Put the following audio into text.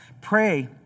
pray